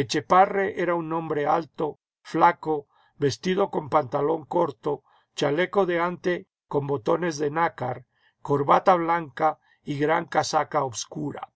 etchepare era un hombre alto flaco vestido con pantalón corto chaleco de ante con botones de nácar corbata blanca y gran casaca obscura